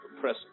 press